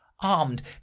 armed